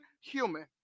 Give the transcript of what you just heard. human